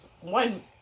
one